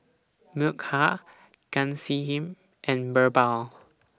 Milkha Ghanshyam and Birbal